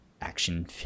action